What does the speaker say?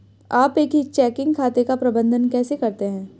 आप एक चेकिंग खाते का प्रबंधन कैसे करते हैं?